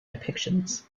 depictions